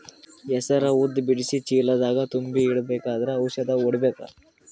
ಹೆಸರು ಉದ್ದ ಬಿಡಿಸಿ ಚೀಲ ದಾಗ್ ತುಂಬಿ ಇಡ್ಬೇಕಾದ್ರ ಔಷದ ಹೊಡಿಬೇಕ?